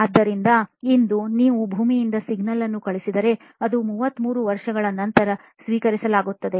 ಆದ್ದರಿಂದ ಇಂದು ನೀವು ಭೂಮಿಯಿಂದ ಸಿಗ್ನಲ್ ಅನ್ನು ಕಳುಹಿಸಿದರೆ ಅದು 33 ವರ್ಷಗಳ ನಂತರ ಸ್ವೀಕರಿಸಲಾಗುತ್ತದೆ